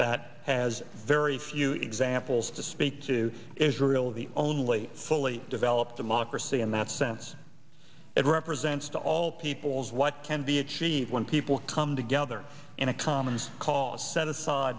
that has very few examples to speak to israel of the only fully developed democracy in that sense it represents to all peoples what can be achieved when people come together in a common cause set aside